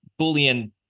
Boolean –